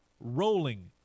rolling